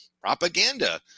Propaganda